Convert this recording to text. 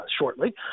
shortly